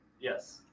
Yes